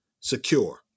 secure